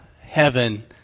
heaven